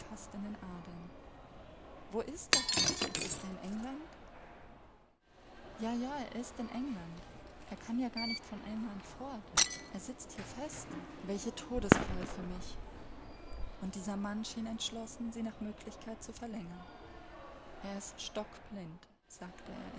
adern wo ist er fragte ich ist er in england ja ja er ist in england er kann ja gar nicht von england fort er sitzt hier fest welche todesqual für mich und dieser mann schien entschlossen sie nach möglichkeit zu verlängern er ist stockblind sagte